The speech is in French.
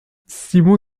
simon